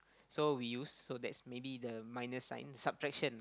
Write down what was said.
so we use so that's maybe the minus sign subtraction